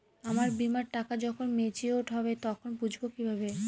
আমার বীমার টাকা যখন মেচিওড হবে তখন বুঝবো কিভাবে?